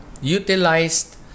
utilized